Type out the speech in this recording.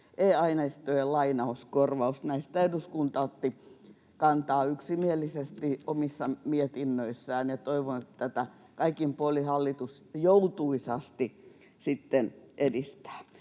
e-aineistojen lainauskorvaus. Näihin eduskunta otti kantaa yksimielisesti omissa mietinnöissään, ja toivon, että tätä kaikin puolin hallitus joutuisasti sitten